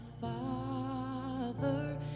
father